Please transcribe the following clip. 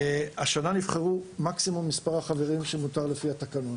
השנה נבחרו מקסימום מספר החברים שמותר לפי התקנון.